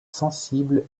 sensibles